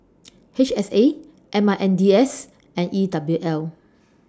H S A M I N D S and E W L